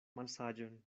malsaĝon